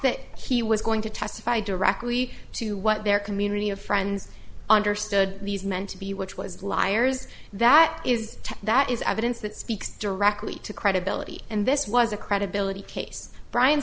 that he was going to testify directly to what their community of friends understood these men to be which was liars that is that is evidence that speaks directly to credibility and this was a credibility case brian